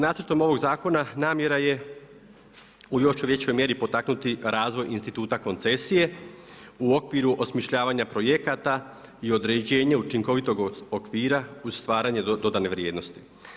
Nacrtom ovog zakona namjera je u još većoj mjeri potaknuti razvoj instituta koncesije u okviru osmišljavanja projekata i određenje učinkovitog okvira uz stvaranje dodane vrijednosti.